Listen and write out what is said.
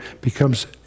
becomes